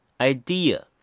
idea